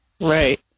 Right